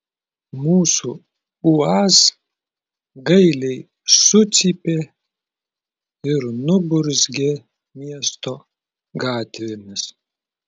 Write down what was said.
mūsų uaz gailiai sucypė ir nuburzgė miesto gatvėmis